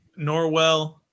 Norwell